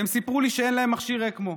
והם סיפרו לי שאין להם מכשיר אקמו.